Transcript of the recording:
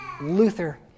Luther